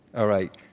all right,